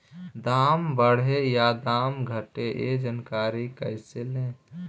दाम बढ़े या दाम घटे ए जानकारी कैसे ले?